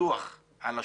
לטיוח על השוטרים.